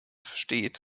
versteht